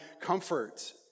comfort